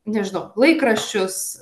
nežinau laikraščius